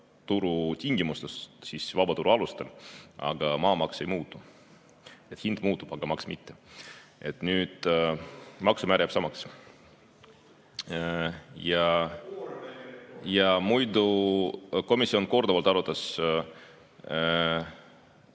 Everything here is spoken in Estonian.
turutingimustes, vabaturu alustel, aga maamaks ei muutu. Hind muutub, aga maks mitte. Maksumäär jääb samaks. Ja muidugi komisjon on korduvalt arutanud